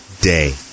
day